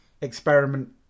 experiment